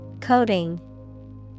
Coding